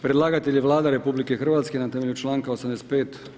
Predlagatelj je Vlada RH na temelju članka 85.